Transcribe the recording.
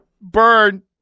Burn